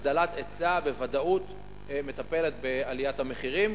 הגדלת היצע בוודאות מטפלת בעליית המחירים,